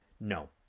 No